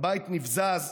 הבית נבזז,